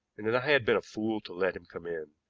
and that i had been a fool to let him come in.